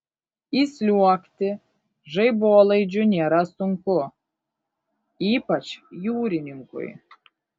įsliuogti žaibolaidžiu nėra sunku ypač jūrininkui